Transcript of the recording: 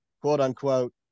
quote-unquote